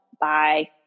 Bye